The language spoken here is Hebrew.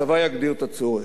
הצבא יגדיר את הצורך.